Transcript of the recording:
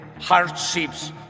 hardships